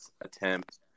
attempt